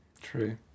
True